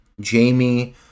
jamie